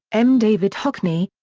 m. david hockney,